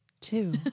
Two